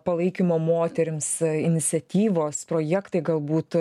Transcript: palaikymo moterims iniciatyvos projektai galbūt